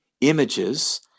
images